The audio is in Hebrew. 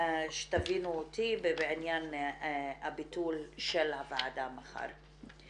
תבינו אותי בעניין הביטול של הוועדה מחר.